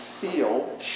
feel